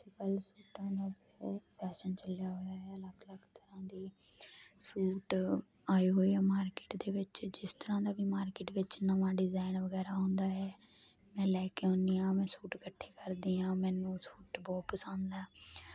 ਅੱਜ ਕੱਲ ਸੂਟਾਂ ਦਾ ਬਹੁਤ ਫੈਸ਼ਨ ਚੱਲਿਆ ਹੋਇਆ ਹੈ ਲੱਗ ਲੱਗ ਤਰਾਂ ਦੇ ਸੂਟ ਆਏ ਹੋਏ ਆ ਮਾਰਕੀਟ ਦੇ ਵਿੱਚ ਜਿਸ ਤਰਾਂ ਦਾ ਵੀ ਮਾਰਕੀਟ ਵਿੱਚ ਨਵਾਂ ਡਿਜ਼ਾਇਨ ਵਗੈਰਾ ਆਉਂਦਾ ਹੈ ਮੈਂ ਲੈ ਕੇ ਆਉਦੀ ਆ ਮੈਂ ਸੂਟ ਇਕੱਠੇ ਕਰਦੀ ਆਂ ਮੈਨੂੰ ਸੂਟ ਬਹੁਤ ਪਸੰਦ ਆ